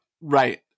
right